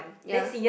ya